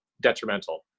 detrimental